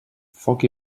foc